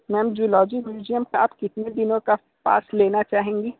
ma'am zoology museum आप कितने दिनों का पास लेना चाहेंगी